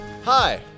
Hi